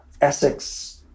Essex